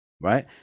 right